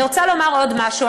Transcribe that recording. אני רוצה לומר עוד משהו.